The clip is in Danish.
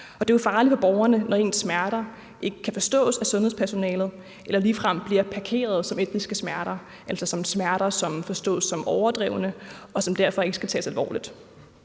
det er jo farligt for borgerne, når deres smerter ikke kan forstås af sundhedspersonalet, eller de ligefrem bliver parkeret som etniske smerter, altså som smerter, som forstås som overdrevne, og som derfor ikke skal tages alvorligt.